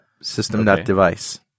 system.device